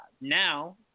Now